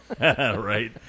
Right